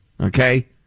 okay